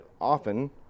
often